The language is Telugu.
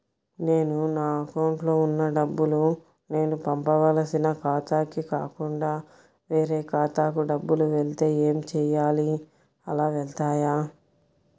నేను నా అకౌంట్లో వున్న డబ్బులు నేను పంపవలసిన ఖాతాకి కాకుండా వేరే ఖాతాకు డబ్బులు వెళ్తే ఏంచేయాలి? అలా వెళ్తాయా?